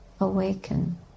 awaken